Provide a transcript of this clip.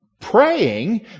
Praying